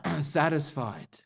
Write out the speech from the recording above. satisfied